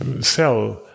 sell